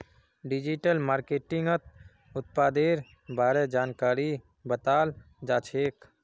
digital मार्केटिंगत उत्पादेर बारे जानकारी बताल जाछेक